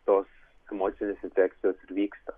tos emocinės infekcijos ir vyksta